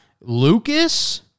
Lucas